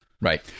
Right